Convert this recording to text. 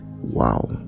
Wow